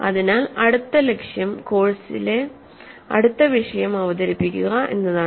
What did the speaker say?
അതിനാൽ അടുത്ത ലക്ഷ്യം കോഴ്സിലെ അടുത്ത വിഷയം അവതരിപ്പിക്കുക എന്നതാണ്